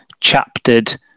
chaptered